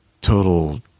total